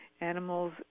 Animals